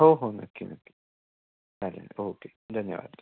हो हो नक्की नक्की चालेल ओके धन्यवाद